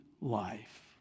life